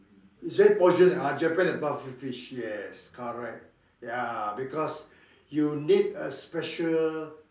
is it poison ah Japan that puffer fish yes correct ya because you need a special